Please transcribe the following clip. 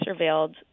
surveilled